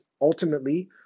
ultimately